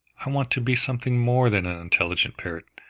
i want to be something more than an intelligent parrot,